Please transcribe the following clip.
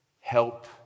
Help